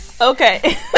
Okay